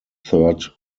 third